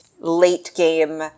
late-game